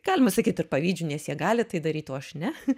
galima sakyt ir pavydžiu nes jie gali tai daryt o aš ne